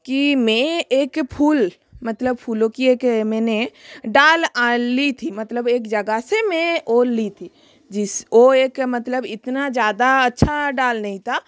की मैं एक फूल मतलब फूलों की एक मैंने डाल ली थी मतलब एक जगह से में ओ ली थी जिस ओ एक मतलब इतना ज़्यादा अच्छा डाल नहीं था